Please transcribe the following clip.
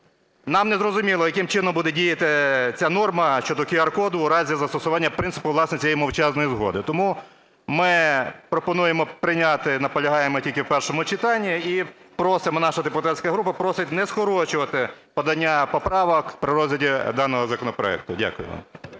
Нам не зрозуміло, яким чином буде діяти ця норма щодо QR-коду у разі застосування принципу, власне, цієї мовчазної згоди. Тому ми пропонуємо прийняти, наполягаємо тільки в першому читанні і просимо, наша депутатська група просить не скорочувати подання поправок при розгляді даного законопроекту. Дякую